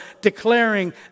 declaring